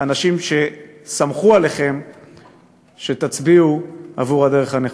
אנשים שסמכו עליכם שתצביעו עבור הדרך הנכונה.